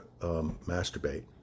masturbate